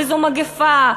וזו מגפה,